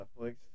Netflix